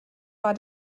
war